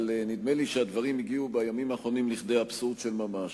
אבל נדמה לי שהדברים הגיעו בימים האחרונים לכדי אבסורד של ממש.